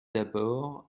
d’abord